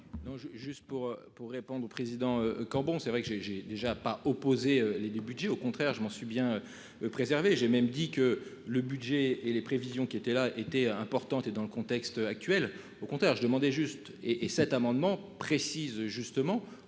pour, pour répondre au président quand bon c'est vrai que j'ai j'ai déjà pas opposer les les Budgets au contraire, je m'en suis bien. Préservé. J'ai même dit que le budget et les prévisions qui étaient là étaient importantes et dans le contexte actuel, au contraire je demandais juste et et cet amendement précise justement